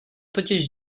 totiž